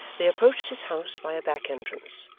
they approached his house by a back entrance,